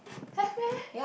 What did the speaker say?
have meh